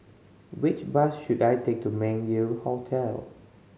which bus should I take to Meng Yew Hotel